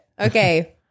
Okay